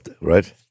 right